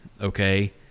okay